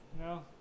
no